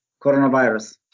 coronavirus